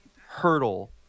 hurdle